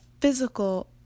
physical